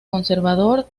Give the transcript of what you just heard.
conservador